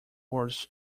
words